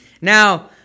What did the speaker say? Now